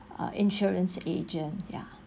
uh insurance agent ya